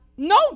no